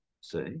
see